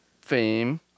fame